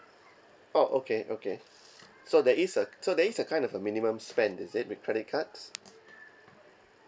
oh okay okay so there is a so there is a kind of a minimum spend is it the credit cards